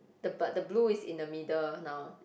the but the blue is in the middle now